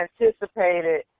anticipated